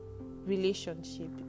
relationship